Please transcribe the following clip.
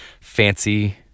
fancy